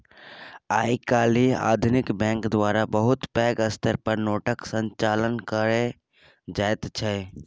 आइ काल्हि आधुनिक बैंक द्वारा बहुत पैघ स्तर पर नोटक संचालन कएल जाइत छै